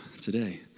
today